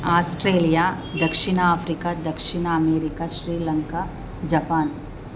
Australia ದಕ್ಷಿಣ Africa ದಕ್ಷಿಣ America Sri Lanka Japan